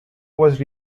was